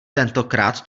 tentokrát